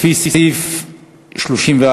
לפי סעיף 34(א),